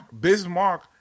Bismarck